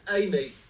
Amy